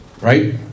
Right